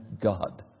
God